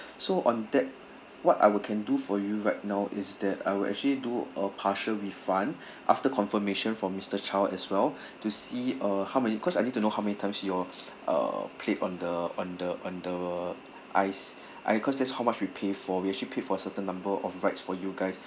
so on that what I will can do for you right now is that I will actually do a partial refund after confirmation for mister Chau as well to see uh how many cause I need to know how many times you all uh played on the on the on the ice I cause that's how much we pay for we actually paid for certain number of rights for you guys